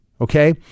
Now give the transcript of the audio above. Okay